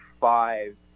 five